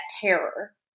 terror